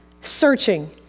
searching